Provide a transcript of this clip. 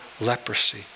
Leprosy